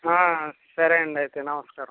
సరే అండి అయితే నమస్కారం